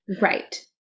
Right